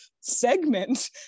segment